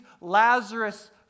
Lazarus